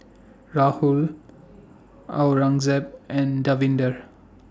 Rahul Aurangzeb and Davinder